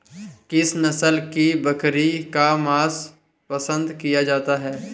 किस नस्ल की बकरी का मांस पसंद किया जाता है?